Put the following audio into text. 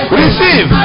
receive